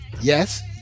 yes